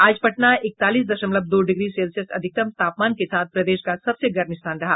आज पटना इकतालीस दशमलव दो डिग्री सेल्सियस अधिकतम तापमान के साथ प्रदेश का सबसे गर्म स्थान रहा